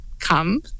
come